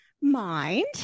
mind